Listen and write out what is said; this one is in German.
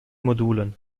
modulen